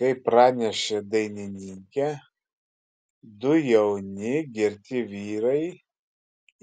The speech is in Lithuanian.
kaip praneša dainininkė du jauni girti vyrai